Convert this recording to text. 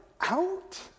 out